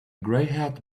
grayhaired